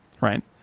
right